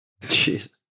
Jesus